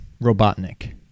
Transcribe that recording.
Robotnik